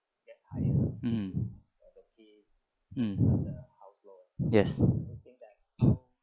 mmhmm yes